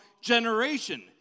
generation